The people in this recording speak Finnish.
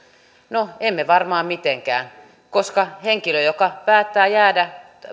no emme varmaan mitenkään jos henkilö joka päättää jäädä